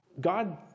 God